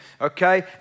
okay